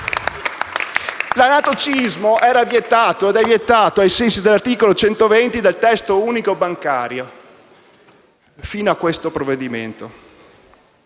L'anatocismo era ed è vietato ai sensi dell'articolo 120 del testo unico bancario, almeno fino a questo provvedimento.